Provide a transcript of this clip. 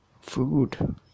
food